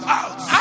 out